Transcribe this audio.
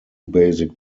basic